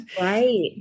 Right